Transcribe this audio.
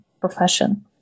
profession